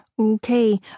Okay